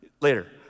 later